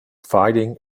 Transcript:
fighting